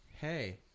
hey